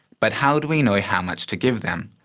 but how do we know how much to give them,